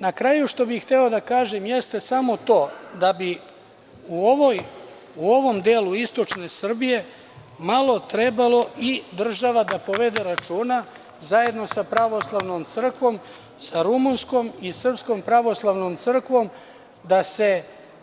Na kraju, hteo bih da kažem samo to da bi u ovom delu istočne Srbije malo trebalo i država da povede računa, zajedno sa Pravoslavnom crkvom, sa rumunskom i Srpskom pravoslavnom crkvom, da se